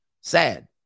sad